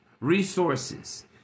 Resources